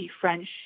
French